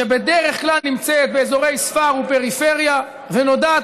שבדרך כלל נמצאת באזורי ספר ופריפריה ונודעת